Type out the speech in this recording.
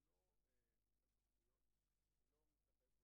היום ה-4 בדצמבר 2018,